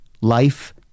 life